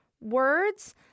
words